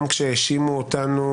גם כשהאשימו אותנו